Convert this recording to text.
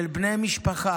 של בני משפחה,